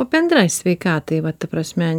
o bendrai sveikatai va ta prasme